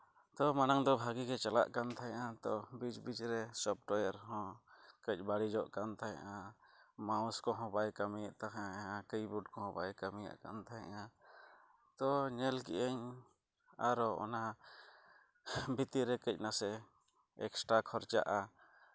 ᱛᱚ ᱢᱟᱲᱟᱝ ᱫᱚ ᱵᱷᱟᱹᱜᱤ ᱜᱮ ᱪᱟᱞᱟᱜ ᱠᱟᱱ ᱛᱟᱦᱮᱸᱜᱼᱟ ᱛᱚ ᱵᱤᱪ ᱵᱤᱪ ᱨᱮ ᱥᱚᱯᱴᱚᱭᱟᱨ ᱦᱚᱸ ᱠᱟᱺᱪ ᱵᱟᱹᱲᱤᱡᱚᱜ ᱠᱟᱱ ᱛᱟᱦᱮᱸᱜᱼᱟ ᱢᱟᱣᱩᱥ ᱠᱚᱦᱚᱸ ᱵᱟᱭ ᱠᱟᱹᱢᱤᱭᱮᱫ ᱛᱟᱦᱮᱸᱜᱼᱟ ᱠᱤ ᱵᱳᱴ ᱠᱚᱦᱚᱸ ᱵᱟᱭ ᱠᱟᱹᱢᱤᱭᱮᱫ ᱠᱟᱱ ᱛᱟᱦᱮᱸᱜᱼᱟ ᱛᱚ ᱧᱮᱞ ᱠᱮᱜᱼᱟᱹᱧ ᱟᱨᱚ ᱚᱱᱟ ᱵᱷᱤᱛᱤᱨ ᱨᱮ ᱠᱟᱹᱡ ᱱᱟᱥᱮ ᱮᱠᱥᱴᱨᱟ ᱠᱷᱚᱨᱪᱟᱜᱼᱟ